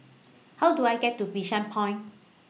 How Do I get to Bishan Point